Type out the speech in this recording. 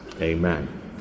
Amen